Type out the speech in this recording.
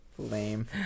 Lame